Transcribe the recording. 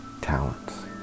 talents